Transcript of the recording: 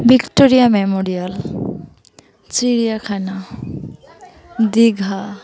Victoria Memorial চিড়িয়াখানা দীঘা